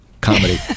Comedy